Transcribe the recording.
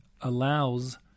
allows